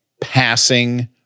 passing